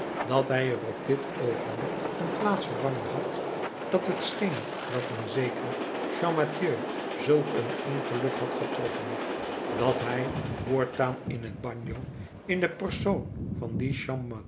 dat hij er op dit oogenblik een plaatsvervanger had dat het scheen dat een zekere champmathieu zulk een ongeluk had getroffen dat hij voortaan in het bagno in den persoon van dien